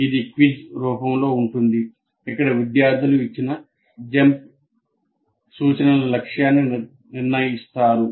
ఇది క్విజ్ రూపంలో ఉంటుంది ఇక్కడ విద్యార్థులు ఇచ్చిన జంప్ సూచనల లక్ష్యాన్ని నిర్ణయిస్తారు